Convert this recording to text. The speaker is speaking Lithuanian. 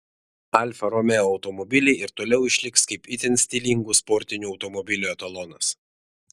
alfa romeo automobiliai ir toliau išliks kaip itin stilingų sportinių automobilių etalonas